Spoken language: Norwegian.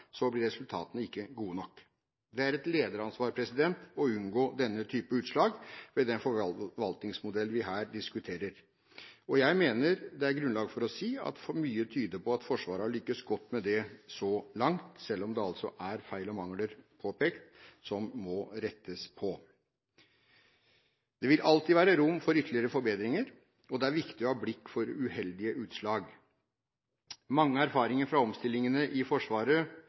blir resultatene ikke gode nok. Det er et lederansvar å unngå denne type utslag med den forvaltningsmodell vi her diskuterer. Jeg mener det er grunnlag for å si at mye tyder på at Forsvaret har lyktes godt med det så langt, selv om det er pekt på feil og mangler som må rettes på. Det vil alltid være rom for ytterligere forbedringer, og det er viktig å ha blikk for uheldige utslag. Mange erfaringer fra omstillingene i Forsvaret